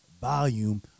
volume